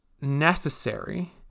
necessary